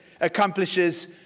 accomplishes